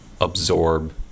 absorb